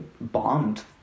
bombed